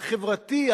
החברתי,